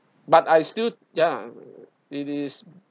but I still ya it is